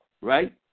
right